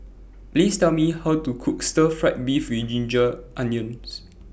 Please Tell Me How to Cook Stir Fried Beef with Ginger Onions